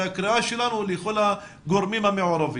והקריאה שלנו לכל הגורמים המעורבים,